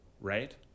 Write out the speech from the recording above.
Right